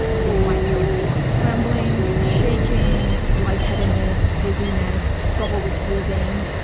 so you might notice a lot of trembling, shaking, lightheadedness, dizziness, trouble with breathing.